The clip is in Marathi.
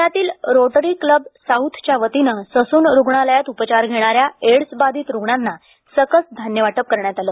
पुण्यातील रोटरी क्लब साऊथच्या वतीनं ससून रुग्णालयात उपचार घेणाऱ्या एड्स बाधित रुग्णांना सकस धान्य वाटप करण्यात आलं